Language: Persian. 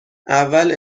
اول